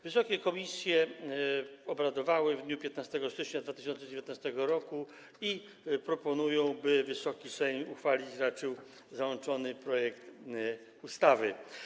Wysokie komisje obradowały w dniu 15 stycznia 2019 r. i proponują, by Wysoki Sejm uchwalić raczył załączony projekt ustawy.